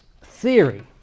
theory